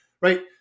right